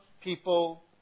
people